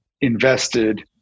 invested